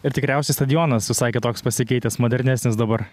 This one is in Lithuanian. ir tikriausiai stadioną jis visai kitoks pasikeitęs modernesnis dabar